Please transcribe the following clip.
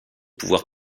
pouvoirs